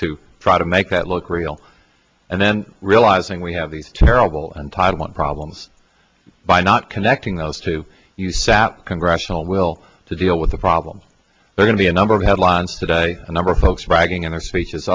to try to make that look real and then realizing we have these terrible entitlement problems by not connecting those two usat congressional will to deal with the problem we're going to a number of headlines today a number of folks bragging in their speeches